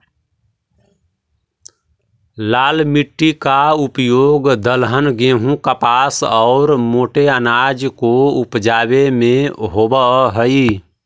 लाल मिट्टी का उपयोग दलहन, गेहूं, कपास और मोटे अनाज को उपजावे में होवअ हई